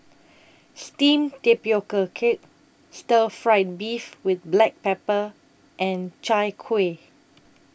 Steamed Tapioca Cake Stir Fried Beef with Black Pepper and Chai Kuih